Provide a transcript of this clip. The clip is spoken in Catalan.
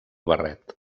barret